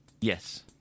Yes